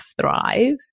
Thrive